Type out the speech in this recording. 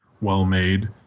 well-made